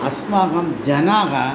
अस्माकं जनाः